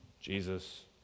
Jesus